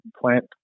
plant